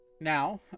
Now